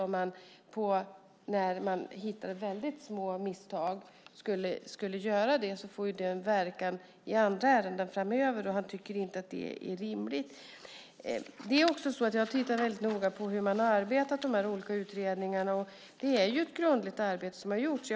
Om man skulle göra det när man hittar väldigt små misstag får det en verkan i andra ärenden framöver, och han tycker inte att det är rimligt. Jag har också tittat väldigt noga på hur man har arbetat i dessa olika utredningar, och det är ett grundligt arbete som har gjorts.